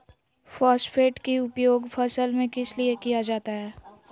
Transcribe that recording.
Phosphate की उपयोग फसल में किस लिए किया जाता है?